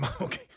Okay